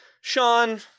Sean